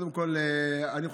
קודם כול אני חושב,